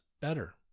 better